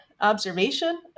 observation